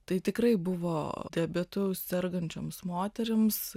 tai tikrai buvo diabetu sergančioms moterims